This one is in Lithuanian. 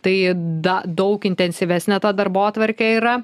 tai da daug intensyvesnė ta darbotvarkė yra